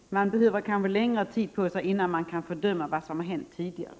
Herr talman! Man behöver kanske längre tid på sig innan man kan fördöma vad som har hänt tidigare.